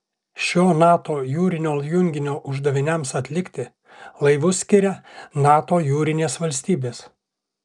šio nato jūrinio junginio uždaviniams atlikti laivus skiria nato jūrinės valstybės